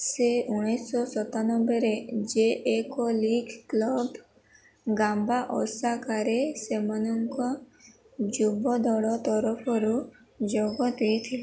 ସେ ଉଣେଇଶହ ସତାନବେରେ ଜେ ଏକ୍ ଲିଗ୍ କ୍ଲବ୍ ଗାମ୍ବା ଓସାକାରେ ସେମାନଙ୍କ ଯୁବ ଦଳ ତରଫରୁ ଯୋଗ ଦେଇଥିଲେ